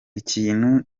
ikintu